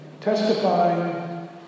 testifying